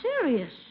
serious